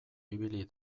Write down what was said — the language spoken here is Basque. ibili